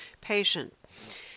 patient